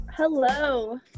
Hello